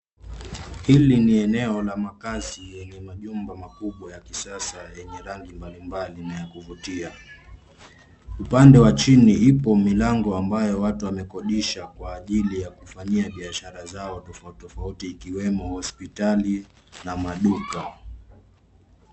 Hili ni eneo la makazi yenye majumba makubwa ya kisasa yenye rangi mbalimbali na ya kuvutia. Upande wa chini ipo milango ambayo watu wamekodisha kwa ajili ya kufanyia biashara zao tofauti tofauti ikiwemo hospitali na maduka.